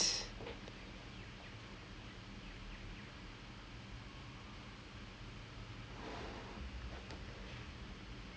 indians இருக்காங்கே:irukkaangae err அவங்களும்:avangalum ya if it's chinese if it's not chinese is india literally that's how it's